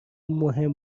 مهم